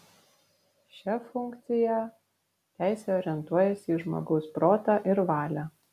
šia funkciją teisė orientuojasi į žmogaus protą ir valią